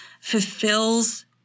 fulfills